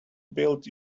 built